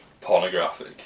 pornographic